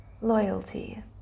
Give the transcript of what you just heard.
Loyalty